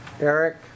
Eric